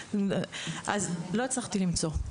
לא הצלחתי למצוא.